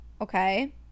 okay